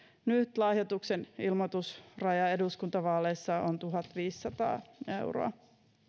nyt lahjoituksen ilmoitusraja eduskuntavaaleissa on tuhatviisisataa euroa